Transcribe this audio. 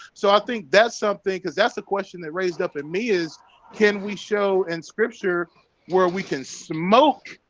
so i think that's something because that's the question that raised up in me is can we show in scripture where we can smoke?